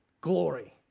glory